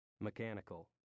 Mechanical